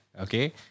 Okay